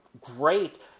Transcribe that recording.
great